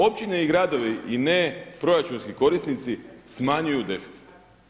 Općine i gradovi i ne proračunski korisnici smanjuju deficit.